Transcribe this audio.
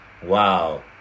Wow